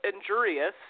injurious